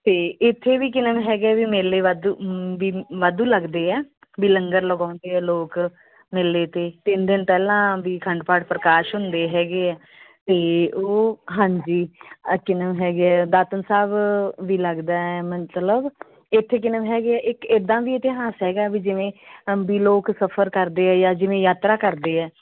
ਅਤੇ ਇੱਥੇ ਵੀ ਕਿਨਮ ਹੈਗੇ ਬਈ ਮੇਲੇ ਵਾਧੂ ਹੂੰ ਬਈ ਵਾਧੂ ਲੱਗਦੇ ਆ ਬਈ ਲੰਗਰ ਲਗਾਉਂਦੇ ਆ ਲੋਕ ਮੇਲੇ 'ਤੇ ਤਿੰਨ ਦਿਨ ਪਹਿਲਾਂ ਬੀ ਖੰਡ ਪਾਠ ਪ੍ਰਕਾਸ਼ ਹੁੰਦੇ ਹੈਗੇ ਆ ਤੇ ਉਹ ਹਾਂਜੀ ਆ ਕਿਨਮ ਹੈਗੇ ਆ ਦਾਤਣ ਸਾਹਿਬ ਵੀ ਲੱਗਦੇ ਮਤਲਬ ਇੱਥੇ ਕਿਨਮ ਹੈਗੇ ਆ ਇੱਕ ਇੱਦਾਂ ਵੀ ਇਤਿਹਾਸ ਹੈਗਾ ਬਈ ਜਿਵੇਂ ਬਈ ਲੋਕ ਸਫਰ ਕਰਦੇ ਆ ਜਾਂ ਜਿਵੇਂ ਯਾਤਰਾ ਕਰਦੇ ਆ